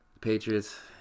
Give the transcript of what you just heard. Patriots